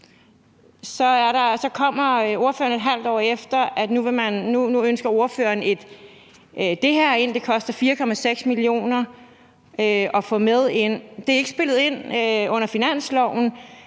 Så kommer ordføreren et halvt år efter, og nu ønsker ordføreren at få det her med ind. Det koster 4,6 mio. kr. at få det med ind. Det er ikke spillet ind under